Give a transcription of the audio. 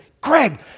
Greg